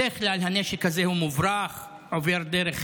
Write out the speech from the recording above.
בדרך כלל הנשק הזה הוא מוברח, עובר דרך